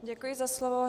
Děkuji za slovo.